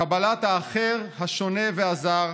קבלת האחר, השונה והזר,